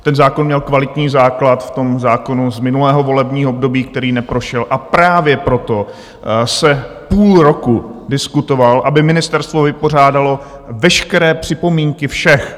Ten zákon měl kvalitní základ v tom zákonu z minulého volebního období, který neprošel, a právě proto se půl roku diskutoval, aby ministerstvo vypořádalo veškeré připomínky všech.